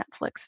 Netflix